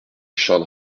charles